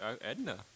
Edna